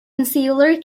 insular